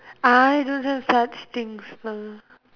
I don't do such things uh